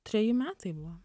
treji metai buvo